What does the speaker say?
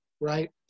Right